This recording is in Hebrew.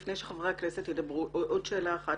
טוב, לפני שחברי הכנסת ידברו, עוד שאלה אחת.